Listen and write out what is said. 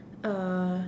uh